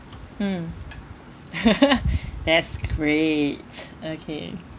mm that's great okay